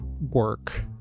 work